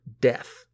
death